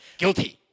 （guilty） 。